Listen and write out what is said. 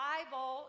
Bible